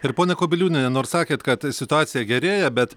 ir ponia kubiliūniene nors sakėt kad situacija gerėja bet